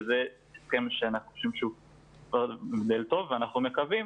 שזה הסכם שאנחנו חושבים שהוא --- ואנחנו מקווים